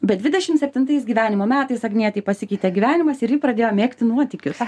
bet dvidešimt septintais gyvenimo metais agnietei pasikeitė gyvenimas ir ji pradėjo mėgti nuotykius